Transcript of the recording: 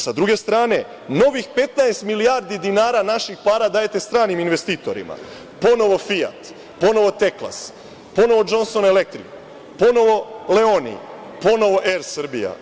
Sa druge strane, novih 15 milijardi dinara naših para dajete stranim investitorima, ponovo „Fijat“, ponovo „Teklas“, ponovo „DŽonson elektrik“, ponovo „Leoni“, ponovo „Er Srbija“